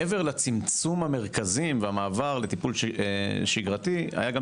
מעבר לצמצום המרכזי והמעבר לטיפול שגרתי היה גם